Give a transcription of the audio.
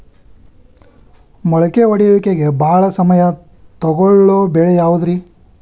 ಮೊಳಕೆ ಒಡೆಯುವಿಕೆಗೆ ಭಾಳ ಸಮಯ ತೊಗೊಳ್ಳೋ ಬೆಳೆ ಯಾವುದ್ರೇ?